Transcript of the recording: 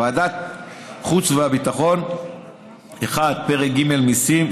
ועדת החוץ והביטחון פרק ג' (מיסים),